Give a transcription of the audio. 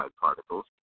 particles